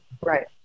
Right